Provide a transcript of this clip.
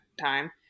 time